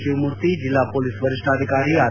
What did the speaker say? ಶಿವಮೂರ್ತಿ ಜೆಲ್ಲಾ ಪೊಲೀಸ್ ವರಿಷ್ಲಾಧಿಕಾರಿ ಆರ್